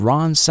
Ron